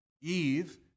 Eve